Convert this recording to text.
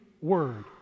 word